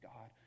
God